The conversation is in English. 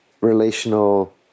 relational